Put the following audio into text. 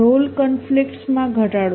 role conflicts માં ઘટાડો